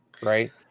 right